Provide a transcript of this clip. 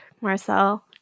marcel